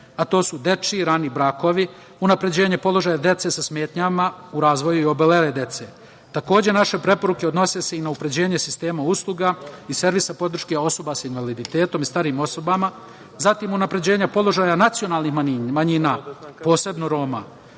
a to su dečiji rani brakovi, unapređenje položaja dece sa smetnjama u razvoju i obolele dece. Takođe, naše preporuke odnose se i na unapređenje sistema usluga i servisa podrške osoba sa invaliditetom i starijim osobama, zatim unapređenje položaja nacionalnih manjina, posebno Roma.